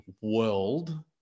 world